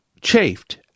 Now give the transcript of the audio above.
chafed